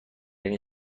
این